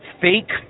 fake